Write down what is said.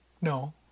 No